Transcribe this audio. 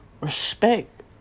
respect